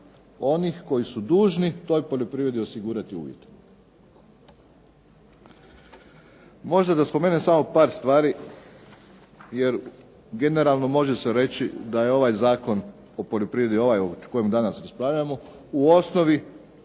onih koji su dužni toj poljoprivredi osigurati uvjete. Možda da spomenem samo par stvari, jer generalno može se reći da je ovaj Zakon o poljoprivredi, ovaj o kojem danas raspravljamo, u osnovi